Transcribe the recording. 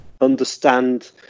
understand